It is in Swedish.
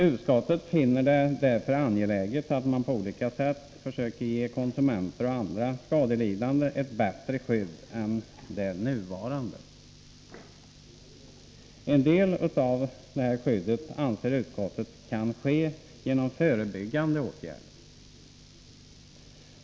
Utskottet finner det därför angeläget att man på olika sätt försöker ge konsumenter och andra skadelidande ett bättre skydd än det nuvarande. En del av detta skydd anser utskottet kan åstadkommas genom förebyggande åtgärder.